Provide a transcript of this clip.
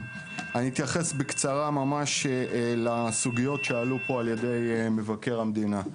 אני אתייחס ממש בקצרה לסוגיות שהועלו פה על ידי מבקר המדינה.